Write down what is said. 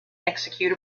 execute